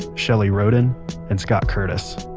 shelley roden and scott curtis